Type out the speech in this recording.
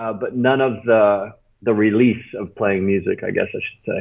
ah but none of the the release of playing music i guess i should